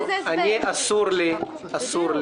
בלי לגבות על זה תשלום בגין השירות,